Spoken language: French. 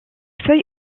feuilles